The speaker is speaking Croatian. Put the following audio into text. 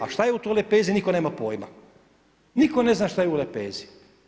A šta je u toj lepezi nitko nema pojma, nitko ne zna šta je u lepezi.